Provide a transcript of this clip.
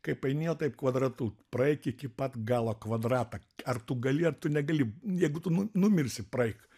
kaip eini va taip kvadratu praeik iki pat galo kvadratą ar tu gali ar tu negali jeigu tu nu numirsi praeik